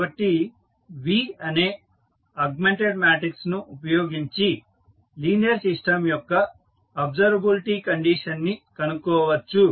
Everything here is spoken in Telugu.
కాబట్టి V అనే ఆగ్మెంటెడ్ మాట్రిక్స్ ను ఉపయోగించి లీనియర్ సిస్టం యొక్క అబ్సర్వబిలిటీ కండిషన్ ని కనుక్కోవచ్చు